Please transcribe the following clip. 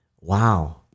Wow